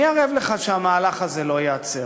מי ערב לך שהמהלך הזה לא ייעצר?